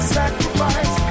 sacrifice